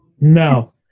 No